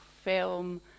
film